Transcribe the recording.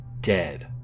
dead